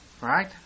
Right